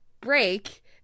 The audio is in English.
break